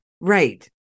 right